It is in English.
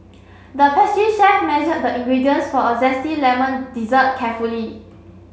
the pastry chef measured the ingredients for a zesty lemon dessert carefully